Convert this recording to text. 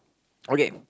okay